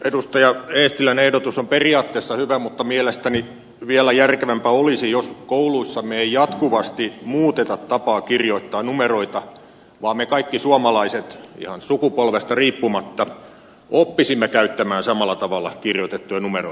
edustaja eestilän ehdotus on periaatteessa hyvä mutta mielestäni vielä järkevämpää olisi jos kouluissamme ei jatkuvasti muuteta tapaa kirjoittaa numeroita vaan me kaikki suomalaiset ihan sukupolvesta riippumatta oppisimme käyttämään samalla tavalla kirjoitettuja numeroita